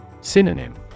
Synonym